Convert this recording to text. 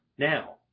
Now